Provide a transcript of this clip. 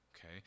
Okay